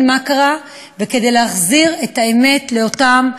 מה קרה וכדי להחזיר את האמת לאותם אימהות,